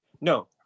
No